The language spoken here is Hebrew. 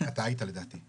אתה היית, לדעתי.